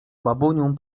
babunią